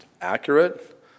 accurate